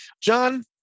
John